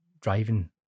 driving